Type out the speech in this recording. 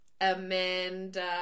Amanda